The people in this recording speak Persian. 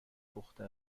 پخته